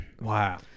Wow